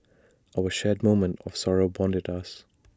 our shared moment of sorrow bonded us